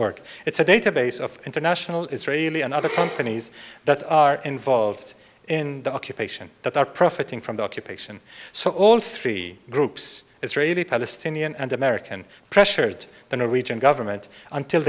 org it's a database of international israeli and other companies that are involved in the occupation that are profiting from the occupation so all three groups israeli palestinian and american pressured the norwegian government until